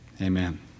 amen